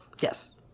Yes